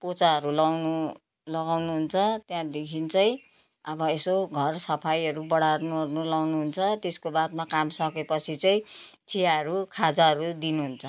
पोचाहरू लाउनु लगाउनुहुन्छ त्यहाँदेखि चाहिँ अब यसो घर सफाइहरू बढार्नु ओर्नु लाउनुहुन्छ त्यसको बादमा काम सकेपछि चाहिँ चियाहरू खाजाहरू दिनुहुन्छ